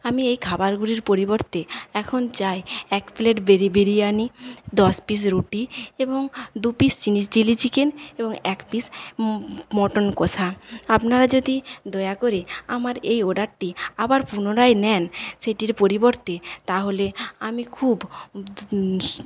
আমি এই খাবারগুলির পরিবর্তে এখন চাই এক প্লেট বিরিয়ানি দশ পিস রুটি এবং দু পিস চিলি চিকেন এবং এক পিস মটন কষা আপনারা যদি দয়া করে আমার এই অর্ডারটি আবার পুনরায় নেন সেটির পরিবর্তে তাহলে আমি খুব